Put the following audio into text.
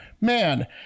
man